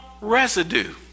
residue